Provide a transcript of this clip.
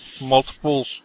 Multiple